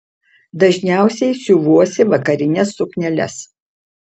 dažniausiai siuvuosi vakarines sukneles